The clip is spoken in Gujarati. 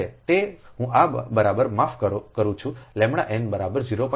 તો હું એ બરાબર માફ કરું છુંʎn બરાબર 0